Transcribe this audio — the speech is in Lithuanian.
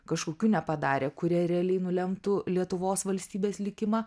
kažkokių nepadarė kurie realiai nulemtų lietuvos valstybės likimą